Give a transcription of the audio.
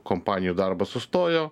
kompanijų darbas sustojo